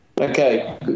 Okay